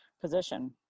position